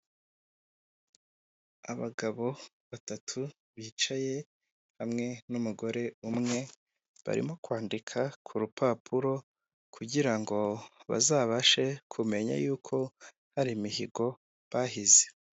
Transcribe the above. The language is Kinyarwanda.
Abagabo batatu bicaye hamwe n'umugore umwe barimo kwandika ku rupapuro kugira ngo bazabashe kumenya y'uko hari imihigo bahize.